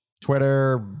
Twitter